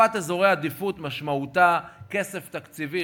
מפת אזורי עדיפות משמעותה כסף תקציבי,